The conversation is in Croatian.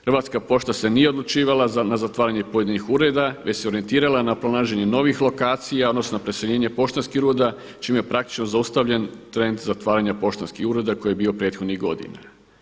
Hrvatska pošta se nije odlučivala na zatvaranje pojedinih ureda već se orijentirala na pronalaženje novih lokacija, odnosno preseljenje poštanskih ureda čime je praktično zaustavljen trend zatvaranja poštanskih ureda koji je bio prethodnih godina.